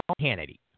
Hannity